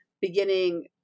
beginning